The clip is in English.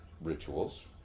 rituals